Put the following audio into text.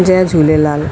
Jay Jhulelal